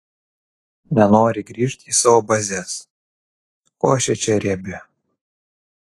nenori grįžt į savo bazes košė čia riebi